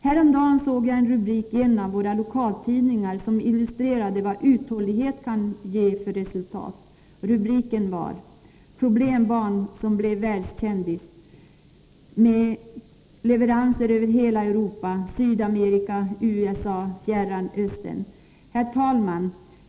Häromdagen såg jag en rubrik i en av våra lokaltidningar som illustrerade vad uthållighet kan ge för resultat. Rubriken var ”Problembarn som blev världskändis”, och det gällde ett företag med leveranser över hela Europa, Sydamerika, USA och Fjärran Östern.